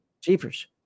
jeepers